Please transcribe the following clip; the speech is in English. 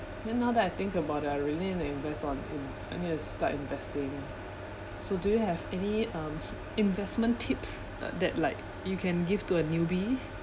then now that I think about it I really need to invest on in~ I need to start investing so do you have any um investment tips uh that like you can give to a newbie